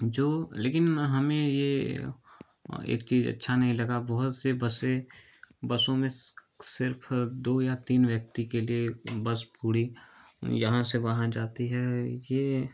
जो लेकिन हमें ये एक चीज अच्छा नहीं लगा बहुत से बसें बसों में सिर्फ दो या तीन व्यक्ति के लिए बस पूरी यहाँ से वहाँ जाती है ये